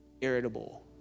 irritable